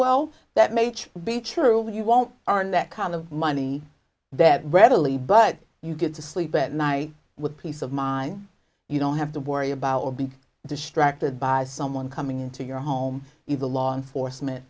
well that may be true but you won't are in that kind of money that readily but you get to sleep at night with peace of mind you don't have to worry about will be distracted by someone coming into your home even law enforcement